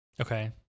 Okay